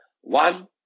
One